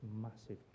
massive